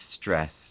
stress